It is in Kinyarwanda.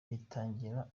bitangira